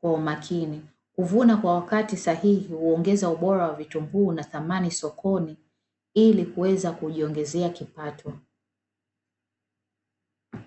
kwa umakini. Kuvuna kwa wakati sahihi huongeza ubora wa vitunguu na thamani sokoni ili kuweza kujiongezea kipato.